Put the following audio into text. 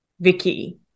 Vicky